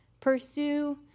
Pursue